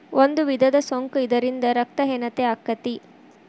ಒಂದು ವಿಧದ ಸೊಂಕ ಇದರಿಂದ ರಕ್ತ ಹೇನತೆ ಅಕ್ಕತಿ